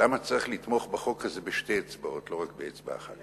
למה צריך לתמוך בחוק הזה בשתי אצבעות ולא רק באצבע אחת.